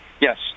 Yes